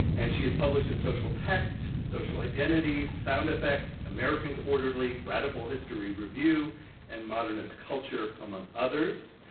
and she has published in social texts, social identities, sound effects, american quarterly, radical history review and modernist culture, among others.